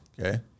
Okay